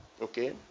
okay